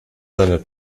seiner